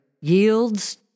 yields